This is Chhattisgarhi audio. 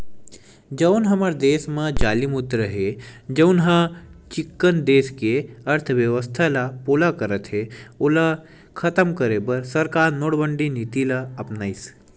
जउन हमर देस म जाली मुद्रा हे जउनहा चिक्कन देस के अर्थबेवस्था ल पोला करत हे ओला खतम करे बर सरकार नोटबंदी के नीति ल अपनाइस